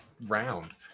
round